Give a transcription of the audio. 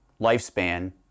lifespan